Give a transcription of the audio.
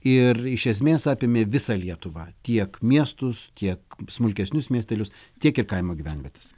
ir iš esmės apėmė visą lietuvą tiek miestus tiek smulkesnius miestelius tiek ir kaimo gyvenvietes